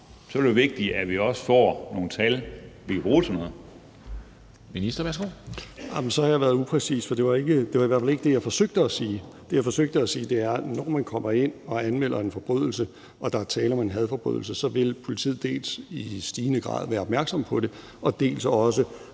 Kl. 15:40 Formanden (Henrik Dam Kristensen): Ministeren, værsgo. Kl. 15:40 Justitsministeren (Nick Hækkerup): Så har jeg været upræcis, for det var i hvert fald ikke det, jeg forsøgte at sige. Det, jeg forsøgte at sige, er, at når man kommer ind og anmelder en forbrydelse og der er tale om en hadforbrydelse, så vil politiet dels i stigende grad være opmærksomme på det, dels notere